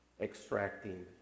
extracting